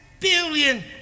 billion